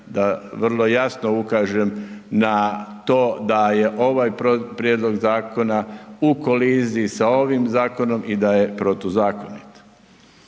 da vrlo jasno ukažem na to da je ovaj prijedlog zakona u koliziji sa ovim zakonom i da je protuzakonit.